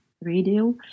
radio